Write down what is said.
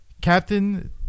Captain